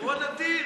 אירוע נדיר.